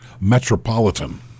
Metropolitan